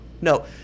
No